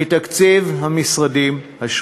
מתקציבי המשרדים.